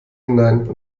hinein